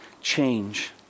change